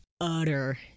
utter